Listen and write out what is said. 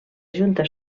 junta